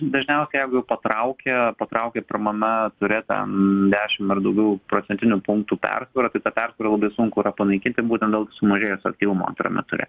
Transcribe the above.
dažniausiai jeigu patraukia patraukia pirmame ture ten dešim ar daugiau procentinių punktų persvara tai tą persvarą labai sunku yra panaikinti būtent dėl sumažėjusio aktyvumo antrame ture